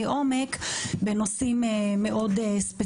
עומק שהוועדה תקיים בנושאים ספציפיים.